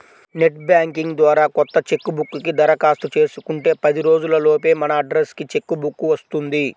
net banking ద్వారా కొత్త cheque book కి దరఖాస్తు చేసుకుంటే పది రోజుల లోపే మన అడ్రస్ కి చెక్ బుక్ వస్తుంది